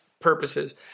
Purposes